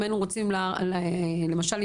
למשל,